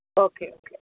okay okay